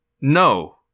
No